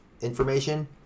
information